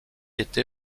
été